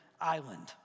island